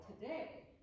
today